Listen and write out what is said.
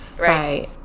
right